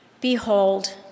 Behold